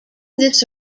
this